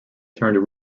turned